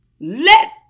Let